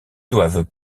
doivent